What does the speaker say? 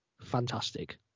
fantastic